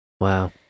Wow